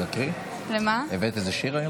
לא אושרה בקריאה הטרומית,